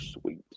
sweet